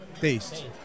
taste